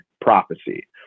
prophecy